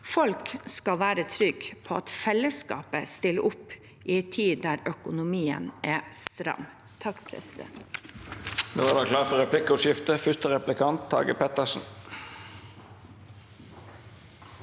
Folk skal være trygge på at fellesskapet stiller opp i en tid da økonomien er stram.